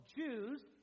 Jews